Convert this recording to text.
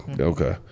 Okay